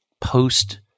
post